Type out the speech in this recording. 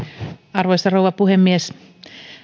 arvoisa rouva puhemies